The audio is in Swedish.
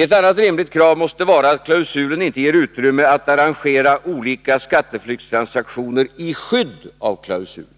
Ett annat rimligt krav måste vara att klausulen inte ger utrymme för att arrangera olika skatteflyktstransaktioner i skydd av klausulen.